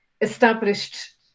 established